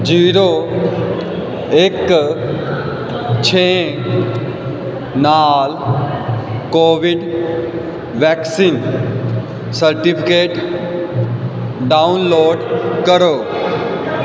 zero ਇੱਕ ਛੇ ਨਾਲ ਕੋਵਿਡ ਵੈਕਸੀਨ ਸਰਟੀਫਿਕੇਟ ਡਾਊਨਲੋਡ ਕਰੋ